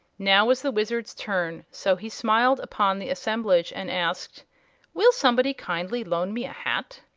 now was the wizard's turn, so he smiled upon the assemblage and asked will somebody kindly loan me a hat?